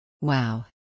Wow